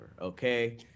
Okay